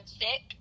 sick